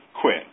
quit